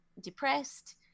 depressed